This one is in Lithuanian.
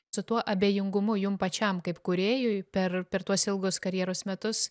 su tuo abejingumu jum pačiam kaip kūrėjui per per tuos ilgus karjeros metus